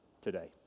today